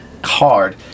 hard